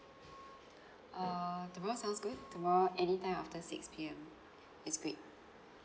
err tomorrow sounds good tomorrow anytime after six P_M is great